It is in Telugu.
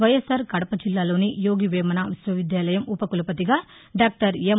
వైఎస్సార్ కడప జిల్లాలోని యోగి వేమన విశ్వవిద్యాలయం ఉప కులపతిగా డాక్టర్ ఎం